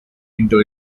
into